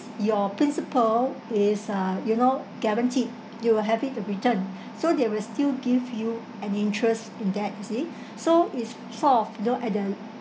your principal is ah you know guaranteed you will have it the return so they will still give you an interest in that you see so is fourth look at the